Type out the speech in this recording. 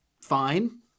fine